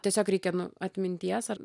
tiesiog reikia nu atminties ar